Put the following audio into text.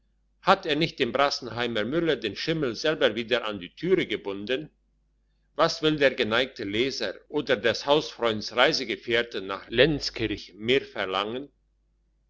hat er nicht dem brassenheimer müller den schimmel selber wieder an die türe gebunden was will der geneigte leser oder des hausfreunds reisegefährte nach lenzkirch mehr verlangen